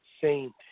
Saint